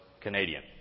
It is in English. Canadian